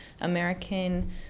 American